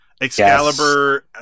Excalibur